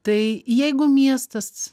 tai jeigu miestas